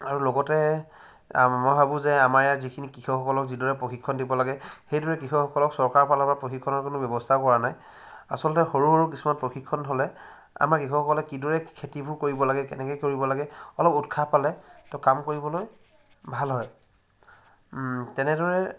আৰু লগতে মই ভাবোঁ যে আমাৰ ইয়াত যিখিনি কৃষকসকলক যিদৰে প্ৰশিক্ষণ দিব লাগে সেইদৰে কৃসকসকলক চৰকাৰৰ ফালৰ পৰা প্ৰশিক্ষণৰ কোনো ব্যৱস্থাও কৰা নাই আচলতে সৰু সৰু কিছুমান প্ৰশিক্ষণ হ'লে আমাৰ কৃসকসকলে কিদৰে খেতিবোৰ কৰিব লাগে কেনেকৈ কৰিব লাগে অলপ উৎসাহ পালে তো কাম কৰিবলৈ ভাল হয় তেনেদৰে